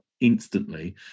instantly